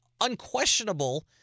unquestionable